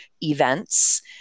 events